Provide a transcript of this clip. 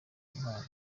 impano